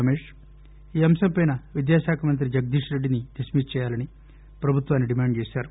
రమేష్ ఈ అంశంపైన విద్యా శాఖ మంత్రి జగదీష్ రెడ్డిని డిస్కిస్ చేయాలని ప్రభుత్వాన్ని డిమాండ్ చేశారు